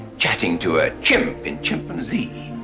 chatting to a chimp in chimpanzee.